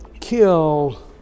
kill